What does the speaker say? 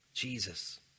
Jesus